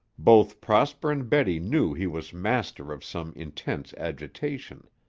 both prosper and betty knew he was master of some intense agitation.